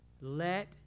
let